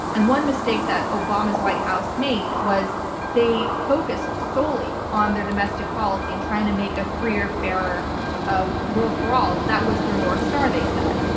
and one mistake that obama's white house made was they focused solely on their domestic policy, and trying to make a freer, fairer ah world for all. that was their north star, they said.